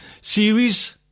series